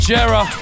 Jera